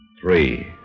Three